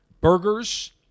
burgers